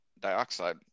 dioxide